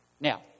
Now